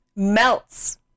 melts